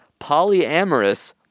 Polyamorous